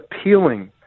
appealing